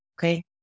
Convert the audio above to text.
Okay